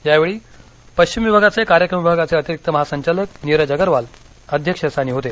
यावेळी पश्चिम विभागाचे कार्यक्रम विभागाचे अतिरिक्त महासंचालक नीरज अग्रवाल अध्यक्षस्थानी होते